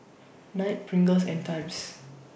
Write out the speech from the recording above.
Knight Pringles and Times